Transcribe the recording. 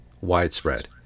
widespread